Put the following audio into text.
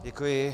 Děkuji.